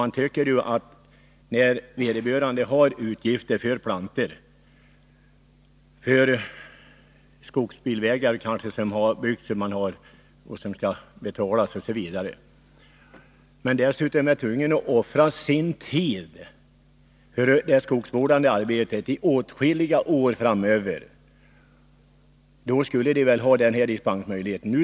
När vederbörande har utgifter för plantor och kanske för skogsbilvägar som byggts osv. och dessutom är tvungen att offra sin tid på skogsvårdande arbete i åtskilliga år framöver, då borde den här dispensmöjligheten finnas.